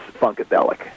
Funkadelic